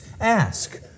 ask